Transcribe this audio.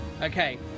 Okay